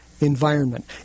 environment